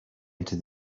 into